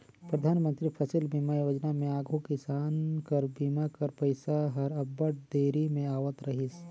परधानमंतरी फसिल बीमा योजना में आघु किसान कर बीमा कर पइसा हर अब्बड़ देरी में आवत रहिस